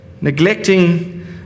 neglecting